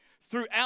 throughout